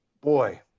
boy